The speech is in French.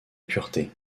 pureté